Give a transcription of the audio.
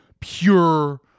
pure